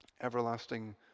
everlasting